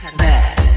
bad